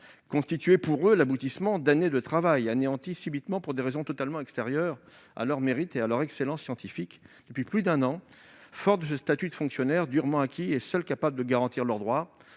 constituait l'aboutissement d'années de travail subitement anéanties pour des raisons totalement extérieures à leur mérite et à leur excellence scientifique. Depuis plus d'un an, forts de ce statut de fonctionnaire durement acquis et seul capable de garantir leurs droits,